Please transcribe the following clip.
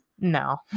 No